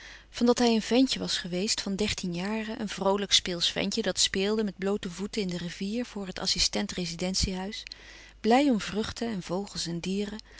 van dat hij een ventje was geweest van dertien jaren een vroolijk speelsch ventje dat speelde met bloote voeten in de rivier voor het assistent rezidentie huis blij om vruchten en vogels en dieren